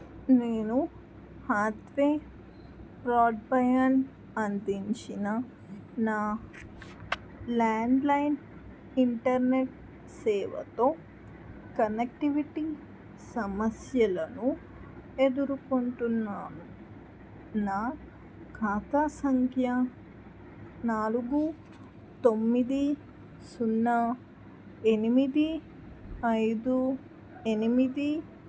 నేను Hathway broadband అందించిన నా ల్యాండ్లైన్ ఇంటర్నెట్ సేవతో కనెక్టివిటీ సమస్యలను ఎదుర్కొంటున్నాను నా ఖాతా సంఖ్య నాలుగు తొమ్మిది సున్నా ఎనిమిది ఐదు ఎనిమిది